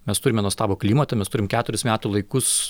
mes turime nuostabų klimatą mes turim keturis metų laikus